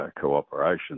cooperation